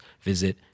visit